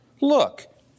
look